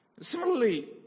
Similarly